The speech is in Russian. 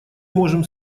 можем